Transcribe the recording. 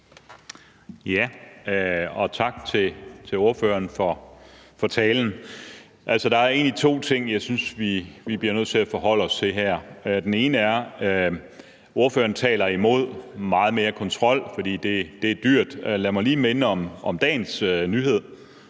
(DF): Tak til ordføreren for talen. Altså, der er egentlig to ting, jeg synes, vi bliver nødt til at forholde os til her. Den ene er, at ordføreren taler imod meget mere kontrol, fordi det er dyrt. Lad mig lige minde om dagens nyhed